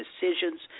decisions